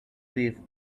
live